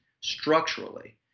structurally